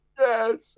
Yes